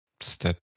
step